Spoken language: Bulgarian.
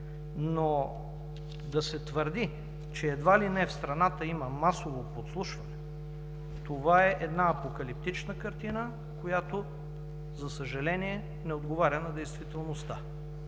Но да се твърди, че едва ли не в страната има масово подслушване, това е една апокалиптична картина, която за съжаление, не отговаря на действителността.